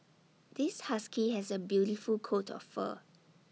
this husky has A beautiful coat of fur